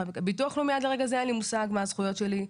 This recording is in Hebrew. ביטוח לאומי עד לרגע זה מה הן הזכויות שלי,